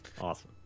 Awesome